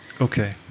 okay